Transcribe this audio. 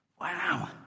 Wow